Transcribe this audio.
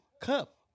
cup